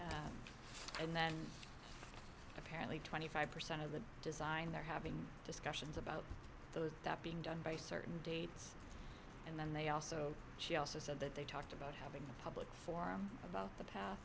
and apparently twenty five percent of the design they're having discussions about those being done by certain dates and then they also she also said that they talked about having a public forum about the pa